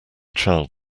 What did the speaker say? child